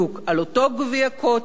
על אותו גביע "קוטג'",